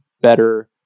better